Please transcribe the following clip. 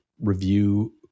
review